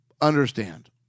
understand